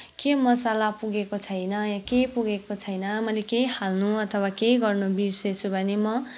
के मसाला पुगेको छैन या के पुगेको छैन मैले केही हाल्नु अथवा केही गर्नु बिर्सेछु भने म